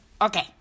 Okay